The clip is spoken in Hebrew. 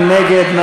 מי נגד?